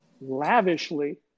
lavishly